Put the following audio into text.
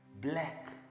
black